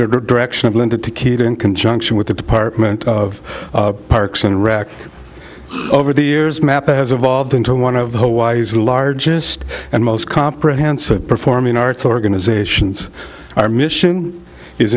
direction of linda to keep in conjunction with the department of parks and rec over the years mapa has evolved into one of the hawaii's largest and most comprehensive performing arts organizations our mission is